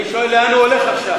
אני שואל לאן הוא הולך עכשיו.